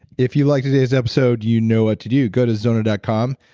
if you liked today's episode, you know what to do. go to zona dot com,